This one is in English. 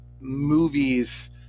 movies –